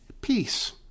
Peace